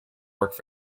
work